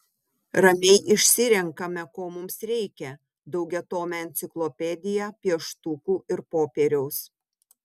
ramiai išsirenkame ko mums reikia daugiatomę enciklopediją pieštukų ir popieriaus